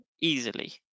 easily